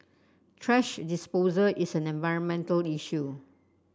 thrash disposal is an environmental issue